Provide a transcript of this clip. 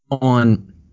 on